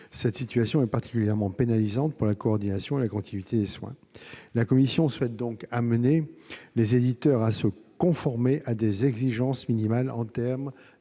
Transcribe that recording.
Cette situation est particulièrement préjudiciable à la coordination et à la continuité des soins. La commission souhaite donc amener les éditeurs à se conformer à des exigences minimales en termes